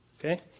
okay